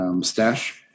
Stash